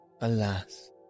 Alas